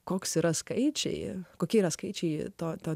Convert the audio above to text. koks yra skaičiai kokie yra skaičiai to